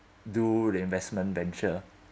do the investment venture